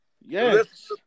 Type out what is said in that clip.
Yes